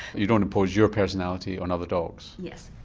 you don't impose your personality on other dogs. yes,